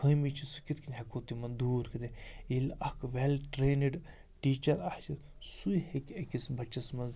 خٲمی چھِ سُہ کِتھ کٔنۍ ہٮ۪کو تِمَن دوٗر کٔرِتھ ییٚلہِ اَکھ وٮ۪ل ٹرٛینٕڈ ٹیٖچَر آسہِ سُے ہیٚکہِ أکِس بَچَس منٛز